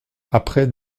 après